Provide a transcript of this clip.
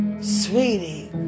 Sweetie